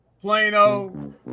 Plano